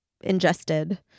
ingested